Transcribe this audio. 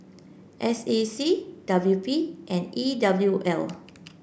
S A C W P and E W L